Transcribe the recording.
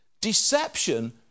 Deception